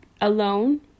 alone